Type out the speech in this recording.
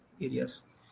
areas